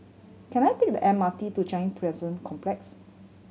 can I take the M R T to Changi Prison Complex